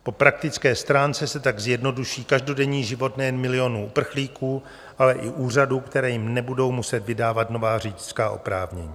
Po praktické stránce se tak zjednoduší každodenní život nejen milionů uprchlíků, ale i úřadů, které jim nebudou muset vydávat nová řidičská oprávnění.